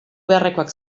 beharrekoak